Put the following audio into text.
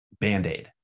Band-Aid